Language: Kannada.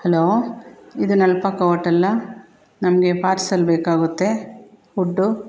ಹಲೋ ಇದು ನಳ್ಪಾಕ ಓಟಲ್ಲಾ ನಮಗೆ ಪಾರ್ಸೆಲ್ ಬೇಕಾಗುತ್ತೆ ಫುಡ್ಡು